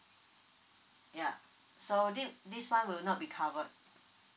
ya so did this one will not be covered